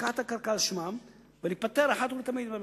לקחת את הקרקע על שמם ולהיפטר אחת ולתמיד מהמינהל.